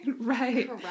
right